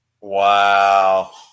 Wow